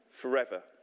forever